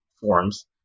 forms